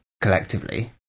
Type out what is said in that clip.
collectively